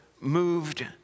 moved